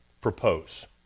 propose